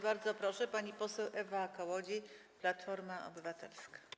Bardzo proszę, pani poseł Ewa Kołodziej, Platforma Obywatelska.